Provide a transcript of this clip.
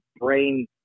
brain